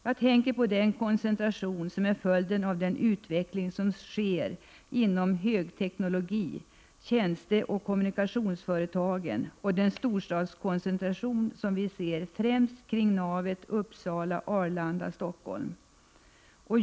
Jag tänker närmast på den koncentration som är följden av den utveckling som sker på det högteknologiska området, inom tjänsteoch kommunikationsföretagen och den storstadskoncentration som vi ser främst kring navet Uppsala-Arlanda-Stockholm.